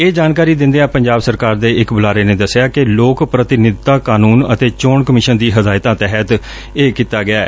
ਇਹ ਜਾਣਕਾਰੀ ਦਿੰਦਿਆਂ ਪੰਜਾਬ ਸਰਕਾਰ ਦੇ ਇਕ ਬੁਲਾਰੇ ਨੇ ਦਸਿਆ ਕਿ ਲੋਕ ਪ੍ਰਤੀਨਿਧਤਾ ਕਾਨੂੰਨ ਅਤੇ ਚੋਣ ਕਮਿਸ਼ਨ ਦੀ ਹਦਾਇਤਾਂ ਤਹਿਤ ਕੀਤਾ ਗਿਐ